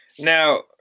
Now